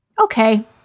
Okay